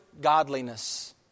godliness